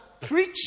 preach